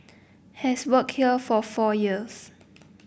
has worked here for four years